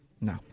no